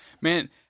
Man